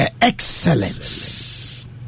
Excellence